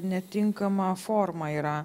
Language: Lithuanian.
netinkama forma yra